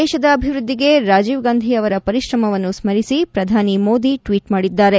ದೇಶದ ಅಭಿವೃದ್ದಿಗೆ ರಾಜೀವ್ ಗಾಂಧಿಯವರ ಪರಿಶ್ರಮವನ್ನು ಸ್ಥರಿಸಿ ಪ್ರಧಾನಿ ಟ್ವೀಟ್ ಮಾಡಿದ್ದಾರೆ